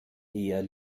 eher